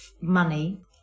money